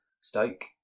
Stoke